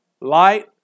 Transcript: Light